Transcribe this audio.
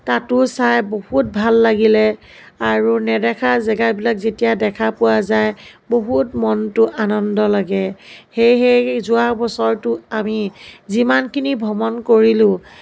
তাতো চাই বহুত ভাল লাগিলে আৰু নেদেখা জেগাবিলাক যেতিয়া দেখা পোৱা যায় বহুত মনটো আনন্দ লাগে সেয়েহে যোৱা বছৰটো আমি যিমানখিনি ভ্ৰমণ কৰিলোঁ